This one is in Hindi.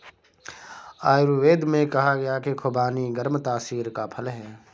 आयुर्वेद में कहा गया है कि खुबानी गर्म तासीर का फल है